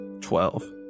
Twelve